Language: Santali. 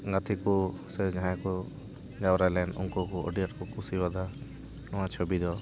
ᱜᱟᱛᱮ ᱠᱚ ᱥᱮ ᱡᱟᱦᱟᱸᱭ ᱠᱚ ᱡᱟᱣᱨᱟ ᱞᱮᱱ ᱩᱱᱠᱩ ᱠᱚ ᱟᱹᱰᱤ ᱟᱴ ᱠᱚ ᱠᱩᱥᱤᱣᱟᱫᱟ ᱱᱚᱣᱟ ᱪᱷᱩᱵᱤ ᱫᱚ